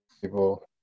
people